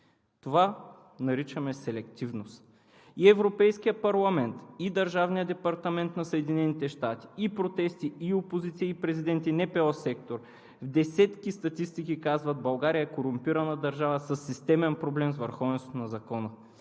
Това наричаме „селективност“. В десетки статистики Европейският парламент и Държавният департамент на Съединените щати, и протести, и опозиция, и президенти, и НПО секторът казват: България е корумпирана държава със системен проблем с върховенството на закона.